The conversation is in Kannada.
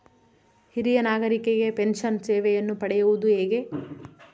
ಹಿರಿಯ ನಾಗರಿಕರಿಗೆ ಪೆನ್ಷನ್ ಸೇವೆಯನ್ನು ಪಡೆಯುವುದು ಹೇಗೆ?